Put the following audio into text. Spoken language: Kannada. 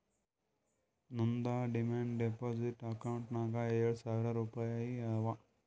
ನಂದ್ ಡಿಮಾಂಡ್ ಡೆಪೋಸಿಟ್ ಅಕೌಂಟ್ನಾಗ್ ಏಳ್ ಸಾವಿರ್ ರುಪಾಯಿ ಅವಾ